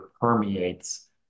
permeates